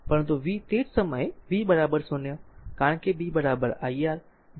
પરંતુ v તે જ સમયે v 0 કારણ કે b iR જો R 0 તો v 0